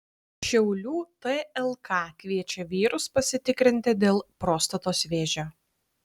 šiaulių tlk kviečia vyrus pasitikrinti dėl prostatos vėžio